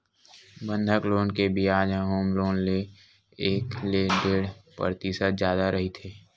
बंधक लोन के बियाज ह होम लोन ले एक ले डेढ़ परतिसत जादा रहिथे